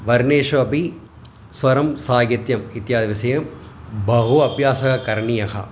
वर्णेषु अपि स्वरं साहित्यम् इत्यादि विषये बहु अभ्यासः करणीयः